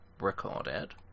recorded